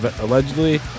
allegedly